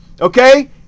Okay